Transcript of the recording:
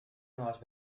nuevas